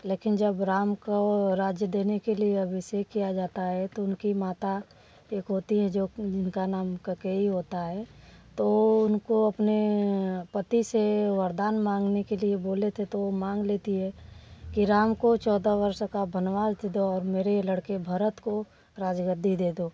लेकिन जब राम को राज्य देने के लिए अभिषेक किया जाता है तो उनकी माता एक होती हैं जो कि जिनका नाम कैकेयी होता है तो उनको अपने पति से वरदान मांगने के लिए बोले थे तो वो मांग लेती है कि राम को चौदह वर्ष का बनवास दे दो और मेरे लड़के भरत को राज गद्दी दे दो